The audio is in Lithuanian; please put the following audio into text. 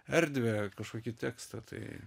erdvę kažkokį tekstą tai